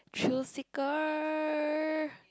true sicker